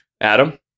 adam